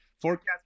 forecast